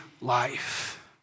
life